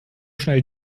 schnell